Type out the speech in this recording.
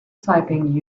typing